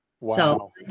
Wow